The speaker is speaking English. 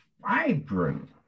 vibrant